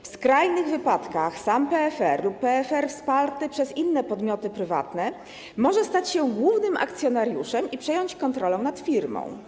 W skrajnych wypadkach sam PFR lub PFR wsparty przez inne podmioty prywatne może stać się głównym akcjonariuszem i przejąć kontrolę nad firmą.